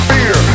Fear